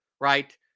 Right